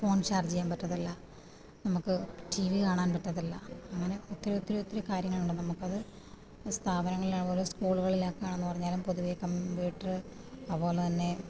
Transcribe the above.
phone ചാർജെയ്യാൻ പറ്റത്തില്ല നമുക്ക് ടി വി കാണാൻ പറ്റത്തില്ല അങ്ങനെ ഒത്തിരി ഒത്തിരി ഒത്തിരി കാര്യങ്ങളുണ്ട് നമുക്കത് സ്ഥാപനങ്ങളിലാണേലും സ്കൂളുകളിലൊക്കെയാണെന്നു പറഞ്ഞാലും പൊതുവെ കമ്പ്യൂട്ടര് അതുപോലെ തന്നെ